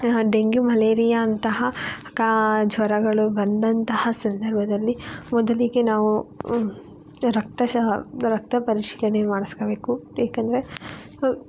dengue malaria ಅಂತಹ ಕಾ ಜ್ವರಗಳು ಬಂದಂತಹ ಸಂದರ್ಭದಲ್ಲಿ ಮೊದಲಿಗೆ ನಾವು ರಕ್ತ ಸಹ ರಕ್ತ ಪರಿಷ್ಕರಣೆ ಮಾಡಿಸ್ಕೋಬೇಕು ಯಾಕೆಂದರೆ